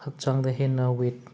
ꯍꯛꯆꯥꯡꯗ ꯍꯦꯟꯅ ꯋꯦꯠ